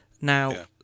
Now